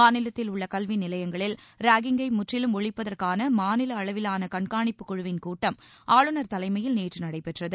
மாநிலத்தில் உள்ள கல்வி நிலையங்களில் ராகிங்கை முற்றிலும் ஒழிப்பதற்கான மாநில அளவிலான கண்காணிப்புக் குழுவின் கூட்டம் ஆளுநர் தலைமையில் நேற்று நடைபெற்றது